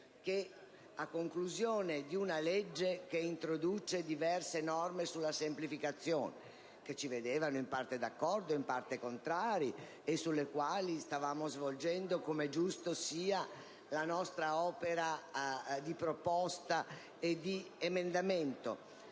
di un disegno di legge che introduce diverse norme sulla semplificazione che ci vedevano in parte d'accordo e in parte contrari, e sulle quali stavamo svolgendo, come è giusto, la nostra opera di proposta emendativa,